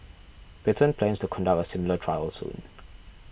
Britain plans to conduct a similar trial soon